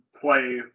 play